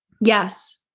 Yes